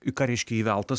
ir ką reiškia įveltas